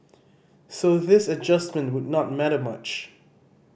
so this adjustment would not matter much